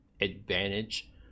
advantage